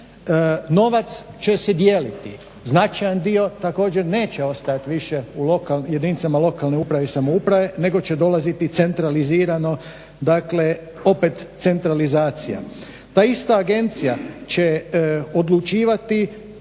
Novac će se dijeliti. Značajan dio također neće ostati više u jedinicama lokalne uprave i samouprave, nego će dolaziti centralizirano, dakle opet centralizacija. Ta ista agencija će odlučivati